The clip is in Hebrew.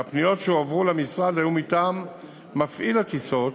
והפניות שהועברו למשרד היו מטעם מפעיל הטיסות,